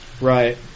Right